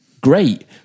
great